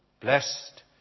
Blessed